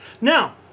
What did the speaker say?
Now